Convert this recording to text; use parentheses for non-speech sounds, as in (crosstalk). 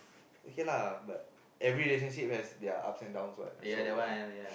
okay lah but every relationship has their ups and downs what so (breath)